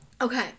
Okay